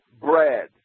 bread